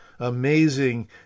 Amazing